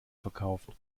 verkauft